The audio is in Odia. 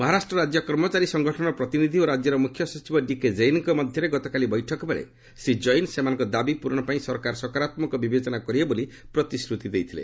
ମହାରାଷ୍ଟ୍ର ରାଜ୍ୟ କର୍ମଚାରୀ ସଂଗଠନର ପ୍ରତିନିଧି ଓ ରାଜ୍ୟର ମୁଖ୍ୟ ସଚିବ ଡିକେ ଜୈନଙ୍କ ମଧ୍ୟରେ ଗତକାଲି ବୈଠକ ବେଳେ ଶ୍ରୀ ଜୈନ ସେମାନଙ୍କର ଦାବି ପ୍ରରଣ ପାଇଁ ସରକାର ସକାରାତ୍କକ ବିବେଚନା କରିବେ ବୋଲି ପ୍ରତିଶ୍ରତି ଦେଇଥିଲେ